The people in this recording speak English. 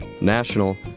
national